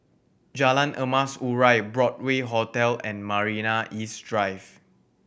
Jalan Emas Urai Broadway Hotel and Marina East Drive